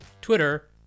Twitter